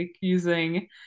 using